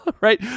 right